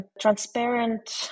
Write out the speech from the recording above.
transparent